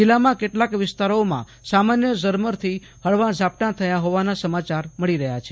જિલ્લામાં કેટલાક વિસ્તારોમાં સામાન્ય ઝરમર થી ફળવા ઝાપટા થયા ફોવાના સમાચાર મળી રહ્યા છે